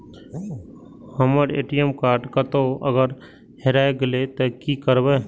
हमर ATM card कतहो अगर हेराय गले ते की करबे?